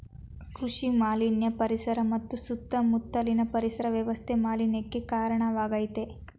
ಕೃಷಿ ಮಾಲಿನ್ಯ ಪರಿಸರ ಮತ್ತು ಸುತ್ತ ಮುತ್ಲಿನ ಪರಿಸರ ವ್ಯವಸ್ಥೆ ಮಾಲಿನ್ಯಕ್ಕೆ ಕಾರ್ಣವಾಗಾಯ್ತೆ